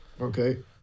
Okay